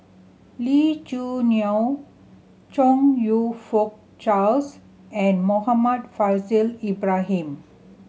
Lee Choo Neo Chong You Fook Charles and Muhammad Faishal Ibrahim